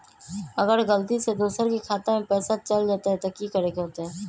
अगर गलती से दोसर के खाता में पैसा चल जताय त की करे के होतय?